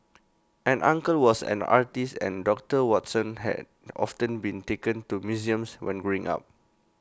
an uncle was an artist and doctor Watson had often been taken to museums when growing up